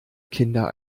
kinder